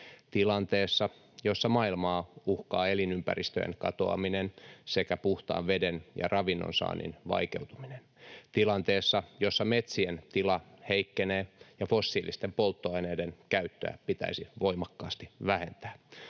tilanteessa, jossa maailmaa uhkaa elinympäristöjen katoaminen sekä puhtaan veden ja ravinnonsaannin vaikeutuminen; tilanteessa, jossa metsien tila heikkenee ja fossiilisten polttoaineiden käyttöä pitäisi voimakkaasti vähentää;